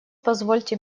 позвольте